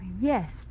Yes